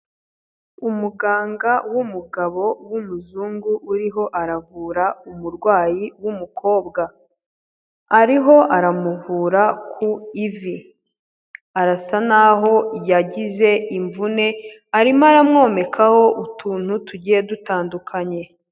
Umuganga w'umugabo w'umuzungu uriho aravura umurwayi w'umukobwa, ariho aramuvura ku ivi, arasa n'aho yagize imvune, arimo aramwomekaho utuntu tugiye dutandukanye.